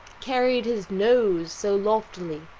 carried his nose so loftily,